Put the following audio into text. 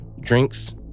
Drinks